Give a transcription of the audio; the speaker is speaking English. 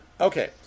Okay